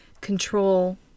control